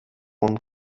von